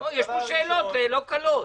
יש פה שאלות לא קלות.